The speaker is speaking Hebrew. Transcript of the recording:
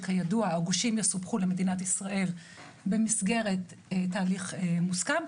שכידוע הגושים יסופחו למדינת ישראל במסגרת תהליך מוסכם,